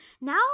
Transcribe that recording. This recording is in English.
Now